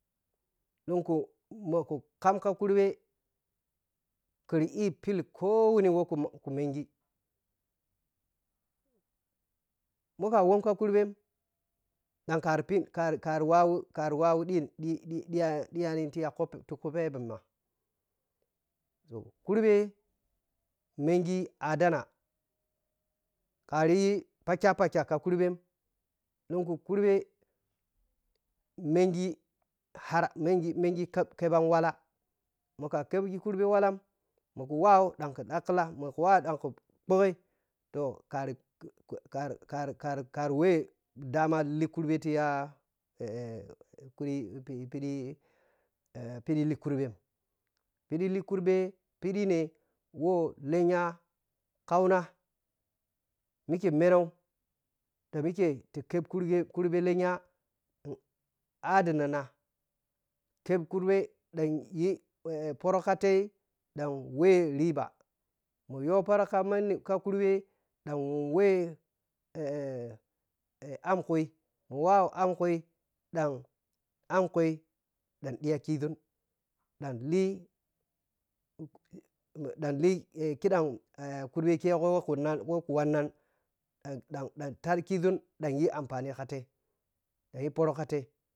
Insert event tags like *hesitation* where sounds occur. Lunku mo kukam ka kurɓe keri iya pili koh wuni wɛ mɔkukumengi moka wonka kurɓe ɗan kari phikari kari wawu ɗi ɗi ɗiyani ɗiyani taku tiku pɛɓɛ toh kurbe mengi an addana kariyi pakyapakha ka kurbe lunku kurbe mengi har mengi mengi ka keɓan wallah moka kɛɓghi kurɓe wallahn mokuwa ɗan ka ɗakklan mo ku wa ɗanku puyyi toh kari kari kari kari wɛ dama likurɓe tiya *hesitation* tiya ɓiɗi likurɓen ɓiɗi likurbe ɓiɗine wo lenya kauna mike menoh ti mike tik ep kurbe kurbe lenya *hesitation* adina kepkurɓe ɗan yi *hesitation* phorɔkatei ɗan wɛ riɓa mo yo phɔrɔ kamani kakurɓe ɗa we *hesitation* amm kui mow a ammkui ɗan amamkui ɗan ɗiya kiȝun ɗan li *hesitation* kiɗam wɛkɛgho we ku wannan da-da ta- ɗikuȝun ɗan yi ampani katei ɗan yi phɔrɔ katai.